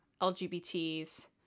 LGBTs